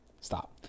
Stop